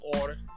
order